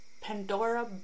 Pandora